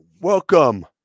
welcome